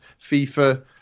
FIFA